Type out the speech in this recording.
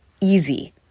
easy